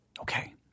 Okay